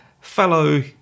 fellow